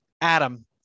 Adam